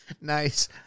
Nice